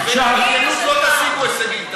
להתבכיין" ו"בבכיינות לא תשיגו הישגים".